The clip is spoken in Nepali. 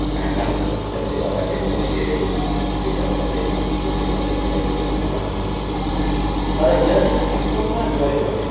घाटा हुन्छ त्यसले गर्दाखेरि नै धेरै कृषकहरूले कृषि गर्नु छोडेको जस्तो मलाई लाग्छ तर यदि सिस्टममा गऱ्यो भने